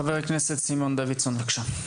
חבר הכנסת סימון דוידסון, בבקשה.